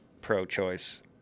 pro-choice